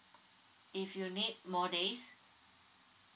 if you need more days